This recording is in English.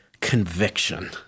conviction